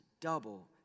double